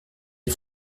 les